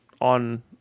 on